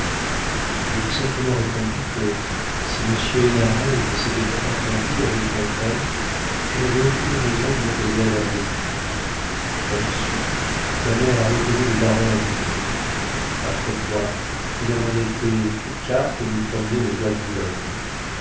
j'ai tout simplement répondu que si monsieur hénarez s'était entendu avec mon père je n'avais aucune raison de m'opposer à leurs désirs là-dessus ma mère a retenu le baron à dîner après quoi nous avons été tous quatre nous promener au bois de boulogne